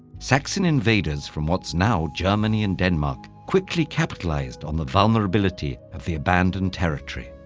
saxon invaders from what's now germany and denmark quickly capitalized on the vulnerability of the abandoned territory.